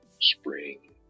spring